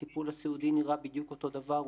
הטיפול הסיעודי נראה בדיוק אותו דבר.